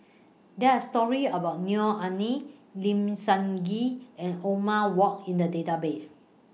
There Are stories about Neo Anngee Lim Sun Gee and Othman Wok in The Database